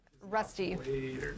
Rusty